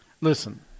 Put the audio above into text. Listen